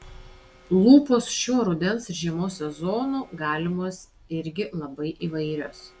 lūpos šiuo rudens ir žiemos sezonu galimos irgi labai įvairios